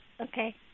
Okay